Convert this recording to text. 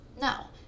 now